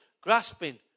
grasping